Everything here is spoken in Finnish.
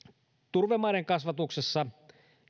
turvemaiden kasvatuksessa